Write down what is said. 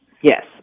Yes